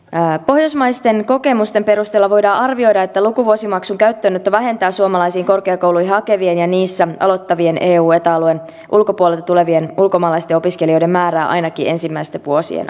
pohjoismaisten kokemusten perusteella voidaan arvioida että lukuvuosimaksun käyttöönotto vähentää suomalaisiin korkeakouluihin hakevien ja niissä aloittavien eu ja eta alueen ulkopuolelta tulevien ulkomaalaisten opiskelijoiden määrää ainakin ensimmäisten vuosien aikana